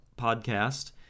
podcast